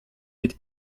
mit